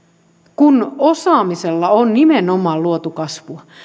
kun osaamisella on nimenomaan luotu kasvua